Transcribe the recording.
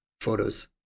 photos